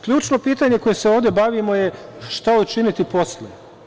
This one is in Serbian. Ključno pitanje kojim se ovde bavimo je šta učiniti posle?